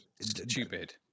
Stupid